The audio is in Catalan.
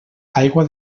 aigua